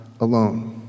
alone